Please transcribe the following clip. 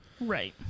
Right